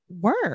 work